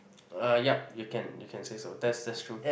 uh yup you can you can say so that's that's true